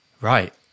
Right